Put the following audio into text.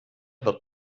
wird